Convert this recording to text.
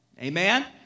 Amen